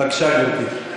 בבקשה, גברתי.